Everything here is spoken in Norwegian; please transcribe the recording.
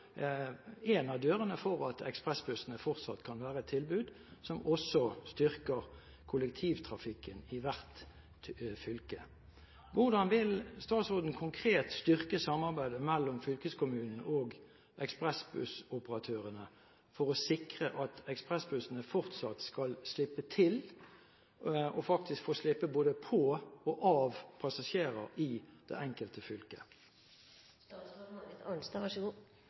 en av dørene for at ekspressbussene fortsatt kan være et tilbud som også styrker kollektivtrafikken i hvert fylke. Hvordan vil statsråden konkret styrke samarbeidet mellom fylkeskommunene og ekspressbussoperatørene for å sikre at ekspressbussene fortsatt skal slippe til og faktisk både få slippe på og av passasjerer i det enkelte